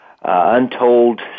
untold